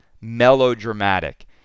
melodramatic